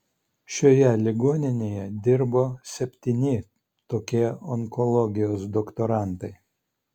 šioje ligoninėje dirbo septyni tokie onkologijos doktorantai